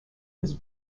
was